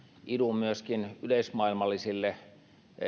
idun myöskin yleismaailmallisille